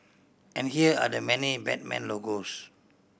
and here are the many Batman logos